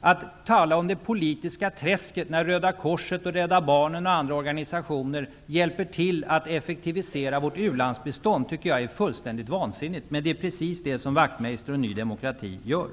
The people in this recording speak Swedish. Att tala om det politiska träsket när Röda korset, Rädda barnen och andra organisationer hjälper till att effektivisera vårt u-landsbistånd tycker jag är fullständigt vansinnigt, men det är precis det som Wachtmeister och Ny demokrati gör.